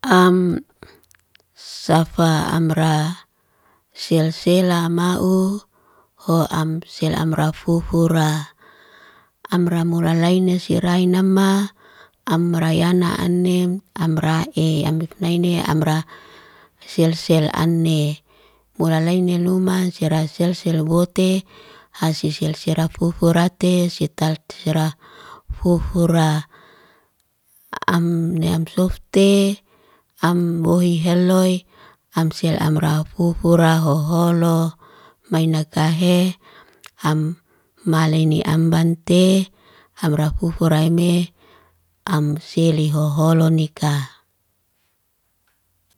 Am safa amra selsela ma'u, ho am sel amra fufura. Amra mulalaine sirai nama, amra yana anem. Amra ey am naine, amra selsel ane. Mulalaine luma sira selsel bote ha sisel sira fufurate, sital sira fufura. Am neam softe, am wohi heloy, am sel amra fufura ho holo. Maina kahe, am malaini ambante, amra fufuraime, am seli hoholo nika.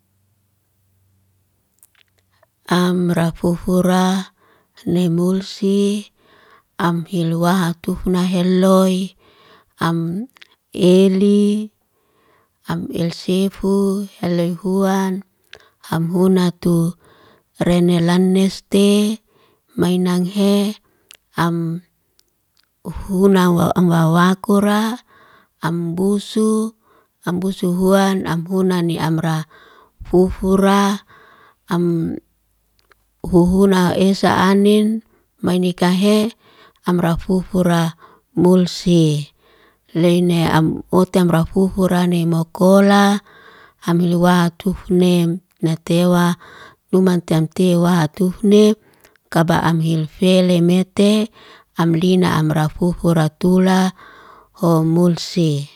amra fufura ne mulsi, am hilwaha tufna heloy, am eli, am elsefu heloy huan. Am huna tu rene laneste, mainang'he, am huna am w wakura, ambusu. Ambusu huan, amhuna ni amra fufura, am huhuna esa anin mai nikahe amra fufura mulsi. Leine am wotem rafufura ni mokola, ham hiluwaha tufne natewa. Luman tantewa tufni, kaba'am hilfelemete hamlina am rafufuratula ho mulsi.